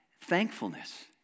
Thankfulness